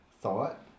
thought